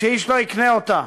שאיש לא יקנה אותה.